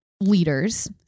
leaders